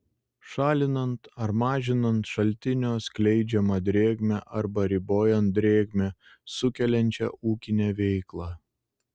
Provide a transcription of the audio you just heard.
šalinant ar mažinant šaltinio skleidžiamą drėgmę arba ribojant drėgmę sukeliančią ūkinę veiklą